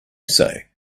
say